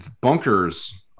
bunkers